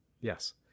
Yes